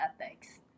ethics